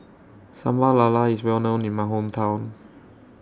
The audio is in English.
Sambal Lala IS Well known in My Hometown